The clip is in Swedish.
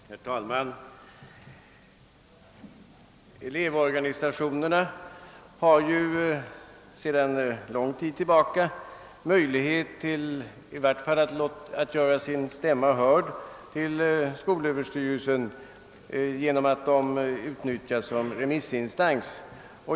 Herr talman! Elevorganisationerna har sedan lång tid tillbaka möjlighet att i vart fall göra sin stämma hörd i skolöverstyrelsen genom att de utnyttjas som remissinstanser.